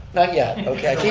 not yet, okay.